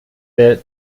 der